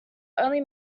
only